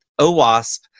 OWASP